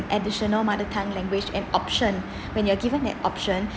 additional mother tongue language an option when you are given that option